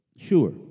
Sure